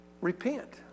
Repent